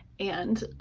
and